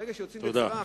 ברגע שיוצאים בגזירה,